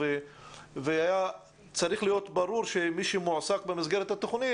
והיה צריך להיות ברור שמי שמועסק במסגרת התוכנית,